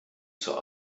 zur